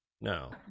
no